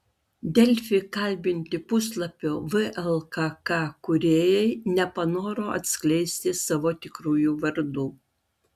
delfi kalbinti puslapio vlkk kūrėjai nepanoro atskleisti savo tikrųjų vardų